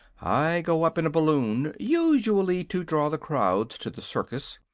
i go up in a balloon, usually, to draw the crowds to the circus.